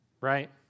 Right